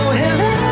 hello